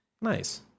Nice